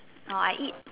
orh I eat